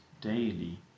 daily